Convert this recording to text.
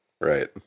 Right